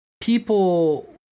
people